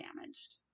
damaged